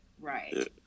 Right